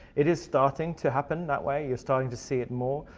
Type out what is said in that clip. it is starting to happen that way. you're starting to see it more.